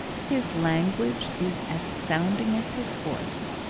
his language is as sounding as his voice.